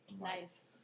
Nice